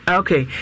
okay